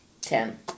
Ten